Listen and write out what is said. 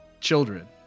children